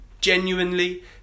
genuinely